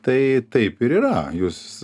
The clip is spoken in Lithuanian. tai taip ir yra jūs